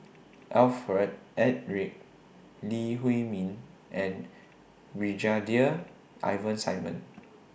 Alfred Eric Lee Huei Min and Brigadier Ivan Simson